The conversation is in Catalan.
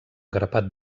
grapat